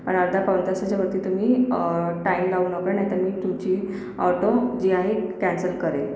आणि अर्धा पाऊण तासाच्या वरती तुम्ही टाइम लावू नका नाहीतर मी तुमची ऑटो जी आहे कॅन्सल करेल